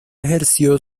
ejerció